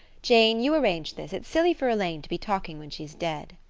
jane, you arrange this. it's silly for elaine to be talking when she's dead.